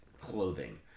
clothing